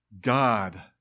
God